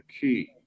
key